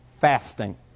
fasting